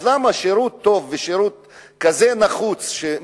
אז למה אנחנו הולכים להרוס שירות טוב ושירות נחוץ כזה,